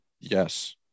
Yes